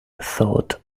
thought